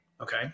okay